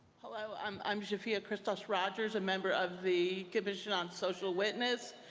hello. i'm i'm jafie ah christos rogers, a member of the commission on social witness.